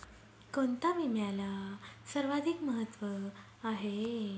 कोणता विम्याला सर्वाधिक महत्व आहे?